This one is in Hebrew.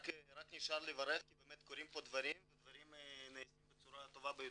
רק נשאר לברך כי קורים פה דברים והדברים נעשים בצורה הטובה ביותר.